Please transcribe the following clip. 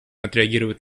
отреагировать